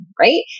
Right